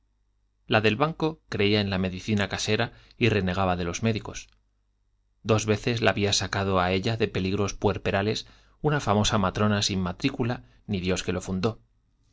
la del banco creía en la medicina casera y renegaba de los médicos dos veces la había sacado a ella de peligros puerperales una famosa matrona sin matrícula ni dios que lo fundó